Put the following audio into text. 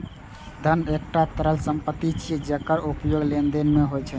धन एकटा तरल संपत्ति छियै, जेकर उपयोग लेनदेन मे होइ छै